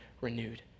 renewed